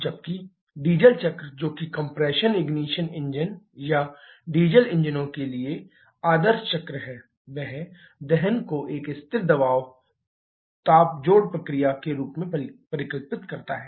जबकि डीजल चक्र जो कि कंप्रेशन इग्निशन इंजन या डीजल इंजनों के लिए आदर्श चक्र है बह दहन को एक स्थिर दबाव ताप जोड़ प्रक्रिया के रूप में कल्पित करता है